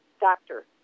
doctor